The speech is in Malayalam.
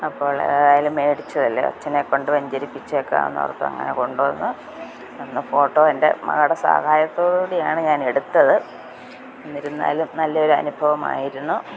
അപ്പോൾ ഏതായാലും വേടിച്ചതല്ലേ അച്ഛനെക്കൊണ്ട് വെഞ്ചരിപ്പിച്ചേക്കാം എന്നോർത്ത് അങ്ങനെ കൊണ്ട് വന്ന് അന്ന് ഫോട്ടോ എൻ്റെ മകളുടെ സഹായത്തോട് കൂടിയാണ് ഞാൻ എടുത്തത് എന്നിരുന്നാലും നല്ലൊരു അനുഭവമായിരുന്നു